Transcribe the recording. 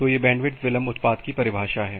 तो यह बैंडविड्थ विलंब उत्पाद की परिभाषा है